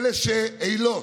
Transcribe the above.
אילות.